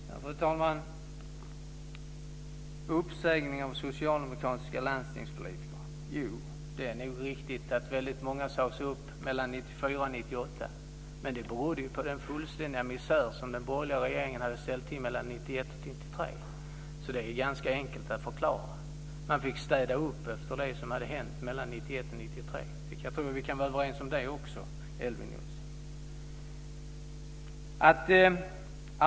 Fru talman! Det är nog riktigt att det har skett uppsägningar från socialdemokratiska landstingspolitiker. Väldigt många sades upp mellan 1994 och 1998. Men det berodde på den fullständiga misär som den borgerliga regeringen hade ställt till med mellan 1991 och 1993. Det är alltså ganska enkelt att förklara. Man fick städa upp efter det som hade hänt mellan 1991 och 1993. Vi kan väl vara överens om det också, Elver Jonsson?